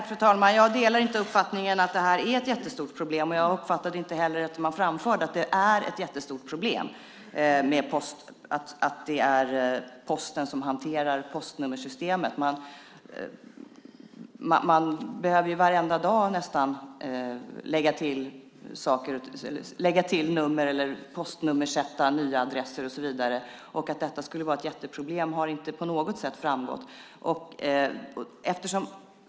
Fru talman! Jag delar inte uppfattningen att det är ett jättestort problem, och jag uppfattade inte heller att de framförde att det skulle vara ett stort problem att Posten hanterar postnummersystemet. Nästan varje dag behöver man lägga till nummer, postnummersätta nya adresser och så vidare. Att det skulle vara ett jätteproblem har inte på något sätt framgått.